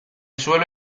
suelo